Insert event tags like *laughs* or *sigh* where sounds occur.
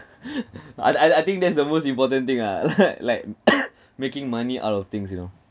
*laughs* I I I think that's the most important thing lah *laughs* like like *coughs* making money out of things you know